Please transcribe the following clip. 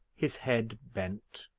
his head bent,